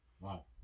Wow